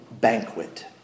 banquet